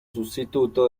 sustituto